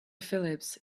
phillips